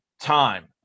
time